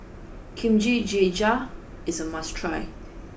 kimchi jjigae is a must try